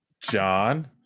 John